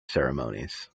ceremonies